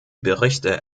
berichte